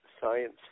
science